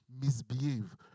misbehave